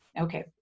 Okay